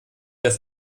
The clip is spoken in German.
das